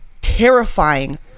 terrifying